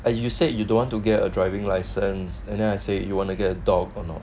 and you said you don't want to get a driving license and then I say you want to get a dog or not